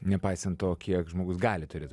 nepaisant to kiek žmogus gali turėti